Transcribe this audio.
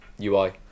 ui